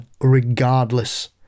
regardless